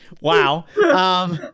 wow